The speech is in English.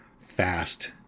fast